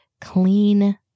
clean